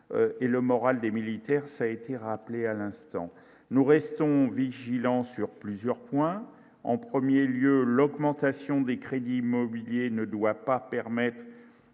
et le moral des militaires, ça a été rappelé à l'instant, nous restons vigilants sur plusieurs points en 1er lieu l'augmentation des crédits immobiliers ne doit pas permettent